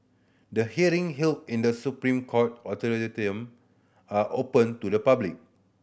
the hearing held in The Supreme Court auditorium are open to the public